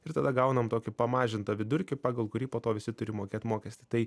ir tada gaunam tokį pamažintą vidurkį pagal kurį po to visi turi mokėt mokestį tai